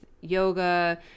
yoga